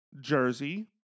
Jersey